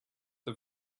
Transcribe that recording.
the